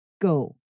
go